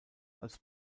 als